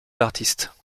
l’artiste